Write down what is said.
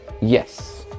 yes